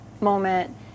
moment